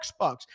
Xbox